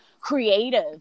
creative